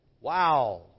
Wow